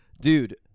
Dude